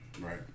right